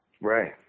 Right